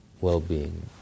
well-being